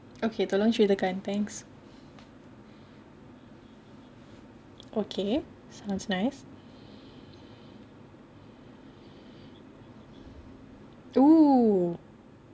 okay tolong ceritakan thanks okay sounds nice !woo!